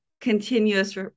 continuous